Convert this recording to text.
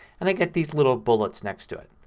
and i get these little bullets next to it.